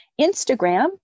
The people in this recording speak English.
Instagram